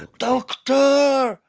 doctor,